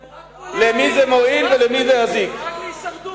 זה רק פוליטית, זה רק להישרדות.